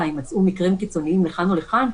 אם מצאו מקרים קיצוניים לכאן או לכאן.